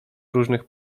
różnych